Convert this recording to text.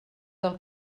del